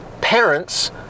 parents